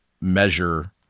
measure